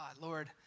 Lord